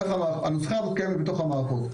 ככה הנוסחה הזאת קיימת בתוך המערכות.